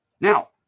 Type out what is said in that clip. Now